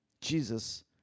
Jesus